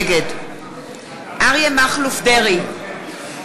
נגד אריה מכלוף דרעי,